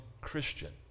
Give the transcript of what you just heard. Christian